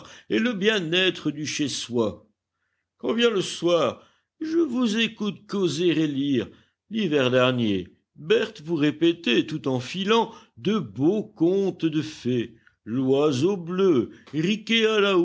et le bien-être du chez-soi quand vient le soir je vous écoute causer et lire l'hiver dernier berthe vous répétait tout en filant de beaux contes de fées l'oiseau bleu